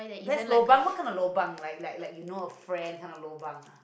best lobang what kind of lobang like like like you know a friend kind of lobang ah